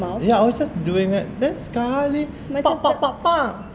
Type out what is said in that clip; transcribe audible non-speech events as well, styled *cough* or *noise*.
ya I was just doing it just sekali *noise*